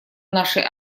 нашей